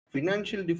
Financial